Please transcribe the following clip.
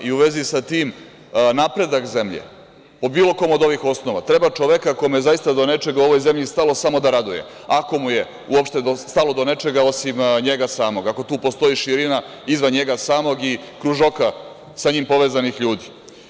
U vezi sa tim, napredak zemlje po bilo kom od ovih osnova, treba čoveka kome je zaista do nečega u ovoj zemlji stalo samo da raduje, ako mu je uopšte stalo do nečega osim njega samoga, ako tu postoji širina između njega samog i kružoka sa njim povezanih ljudi.